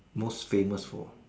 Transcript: most famous for